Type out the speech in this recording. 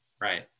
Right